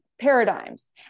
paradigms